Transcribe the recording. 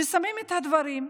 כששמים את הדברים,